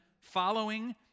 following